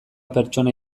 pertsona